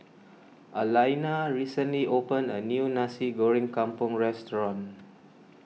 Alaina recently opened a new Nasi Goreng Kampung restaurant